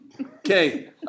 Okay